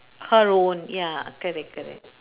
her own ya correct correct